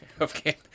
okay